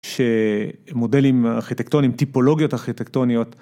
שמודלים ארכיטקטוניים טיפולוגיות ארכיטקטוניות.